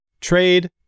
trade